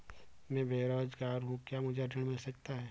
मैं बेरोजगार हूँ क्या मुझे ऋण मिल सकता है?